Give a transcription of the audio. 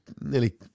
nearly